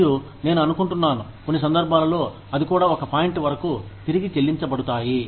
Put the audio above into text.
మరియు నేను అనుకుంటున్నాను కొన్ని సందర్భాల్లో అది కూడా ఒక పాయింట్ వరకు తిరిగి చెల్లించబడతాయి